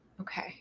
okay